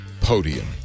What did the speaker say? Podium